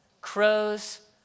Crows